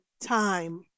time